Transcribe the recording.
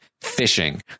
fishing